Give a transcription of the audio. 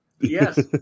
yes